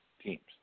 teams